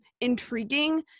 intriguing